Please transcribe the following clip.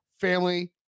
family